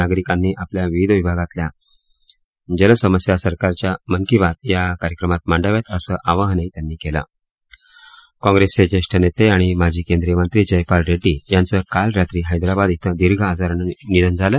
नागरिकांनीही आपल्या विभागातल्या जलसमस्या सरकारच्या मन की बात या कार्यक्रमात मांडाव्यात असं आवाहनही त्यांनी केलं काँप्रेसचे ज्येष्ठ नेते आणि माजी केंदीय मंत्री जयपाल रेङ्डी यांचं काल रात्री हैदराबाद इथं दीर्घ आजारानं निधन झालं